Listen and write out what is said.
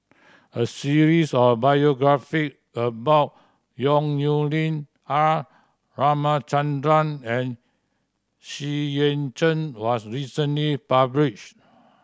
a series of biography about Yong Nyuk Lin R Ramachandran and Xu Yuan Zhen was recently published